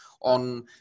on